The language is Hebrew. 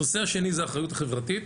הנושא השני זה אחריות חברתית.